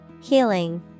Healing